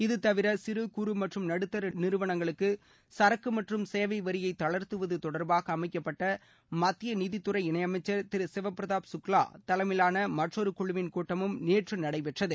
இது தவிர சிறு குறு மற்றும் நடுத்தர நிறுவனங்களுக்கு சரக்கு மற்றும் சேவை வரியை தளர்த்துவது தொடர்பாக அமைக்கப்பட்ட மத்திய நிதித்துறை இணையமைச்சர் திரு சிவபிரதாப் சுக்லா தலைமையிலான மற்றொரு குழுவின் கூட்டமும் நேற்று நடைபெற்றது